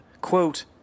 quote